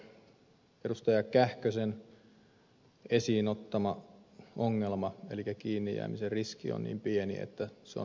kähkösen esiin ottama ongelma elikkä se että kiinni jäämisen riski on niin pieni että se on olematon